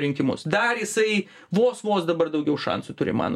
rinkimus dar jisai vos vos dabar daugiau šansų turi mano